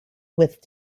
with